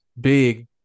big